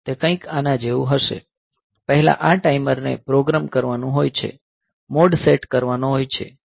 તે કંઈક આના જેવું હશે પહેલા આ ટાઈમરને પ્રોગ્રામ કરવાનું હોય છે મોડ સેટ કરવાનો હોય છે